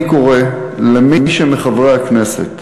אני קורא למי מחברי הכנסת